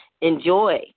Enjoy